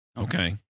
Okay